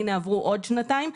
הנה עברו עוד שנתיים,